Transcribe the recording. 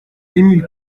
émile